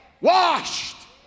washed